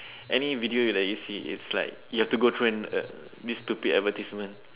any video that you see is like you have to go through in a this stupid advertisement